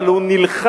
אבל הוא נלחם